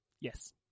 Yes